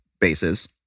bases